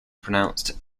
pronounced